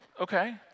Okay